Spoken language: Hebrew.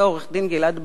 ועורך-דין גלעד ברנע,